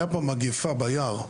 הייתה מגפה ביער,